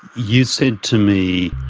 you said to me,